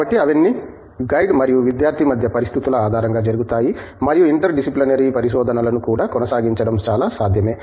కాబట్టి అవన్నీ గైడ్ మరియు విద్యార్థి మధ్య పరిస్థితుల ఆధారంగా జరుగుతాయి మరియు ఇంటర్ డిసిప్లినరీ పరిశోధనలను కూడా కొనసాగించడం చాలా సాధ్యమే